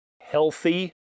healthy